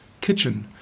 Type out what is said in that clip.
kitchen